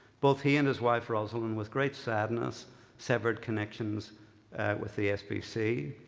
both he and his wife rosalynn with great sadness severed connections with the sbc.